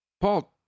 Paul